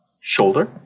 shoulder